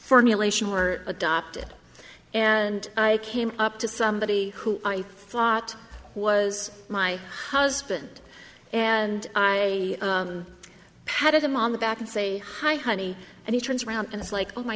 formulation were adopted and i came up to somebody who i thought was my husband and i patted him on the back and say hi honey and he turns around and it's like oh my